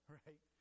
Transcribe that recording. right